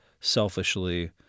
selfishly